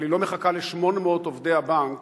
אבל היא לא מחכה ל-800 עובדי הבנק